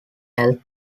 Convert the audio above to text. health